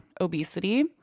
obesity